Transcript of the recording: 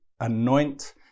anoint